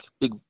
big